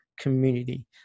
community